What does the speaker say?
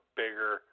bigger